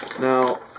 Now